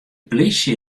polysje